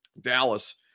Dallas